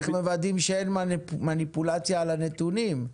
איך מוודאים שאין מניפולציה על הנתונים?